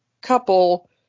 couple